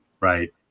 right